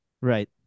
Right